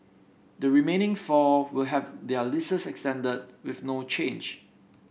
the remaining four will have their leases extended with no change